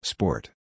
Sport